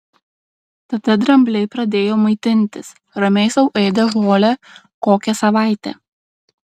tada drambliai pradėjo maitintis ramiai sau ėdė žolę kokią savaitę